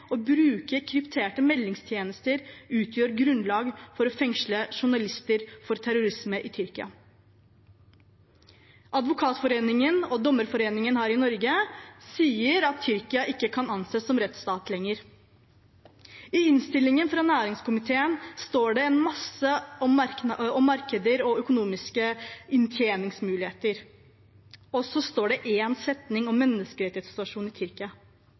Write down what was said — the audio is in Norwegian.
å bruke krypterte meldingstjenester – utgjør grunnlag for å fengsle journalister for terrorisme i Tyrkia. Advokatforeningen og Dommerforeningen her i Norge sier at Tyrkia ikke kan anses som rettsstat lenger. I innstillingen fra næringskomiteen står det mye om markeder og økonomiske inntjeningsmuligheter – og så står det én setning om menneskerettighetssituasjonen i